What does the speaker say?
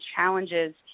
challenges